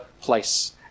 place